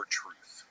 truth